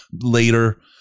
later